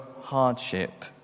hardship